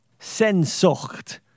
SENSUCHT